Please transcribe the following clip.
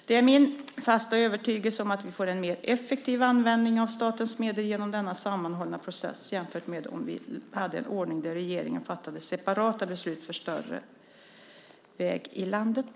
Det är min fasta övertygelse att vi får en mer effektiv användning av statens medel genom denna sammanhållna process, jämfört med om vi hade en ordning där regeringen fattade separata beslut för varje större väg i landet.